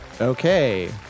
Okay